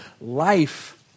life